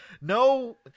no